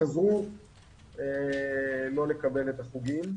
חזרו לא לקבל את החוגים.